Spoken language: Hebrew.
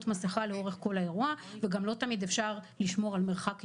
מסכה לאורך כל האירוע וגם לא תמיד אפשר לשמור על מרחק אישי.